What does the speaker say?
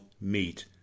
Meet